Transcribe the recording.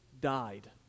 died